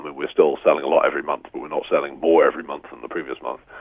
we're still selling a lot every month but we're not selling more every month than the previous month.